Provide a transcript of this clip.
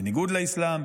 בניגוד לאסלאם,